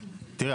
תראה,